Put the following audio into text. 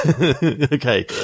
Okay